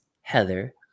Heather